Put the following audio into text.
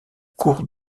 cour